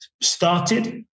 started